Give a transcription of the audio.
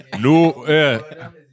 No